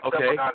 Okay